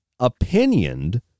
opinioned